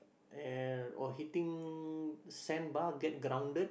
and or hitting sandbar get grounded